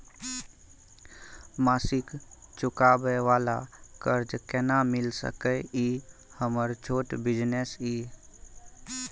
मासिक चुकाबै वाला कर्ज केना मिल सकै इ हमर छोट बिजनेस इ?